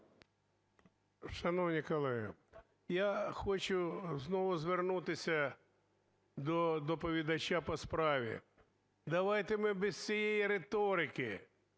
Шановні колеги, я хочу знову звернутися до доповідача по справі. Давайте ми без цієї риторики,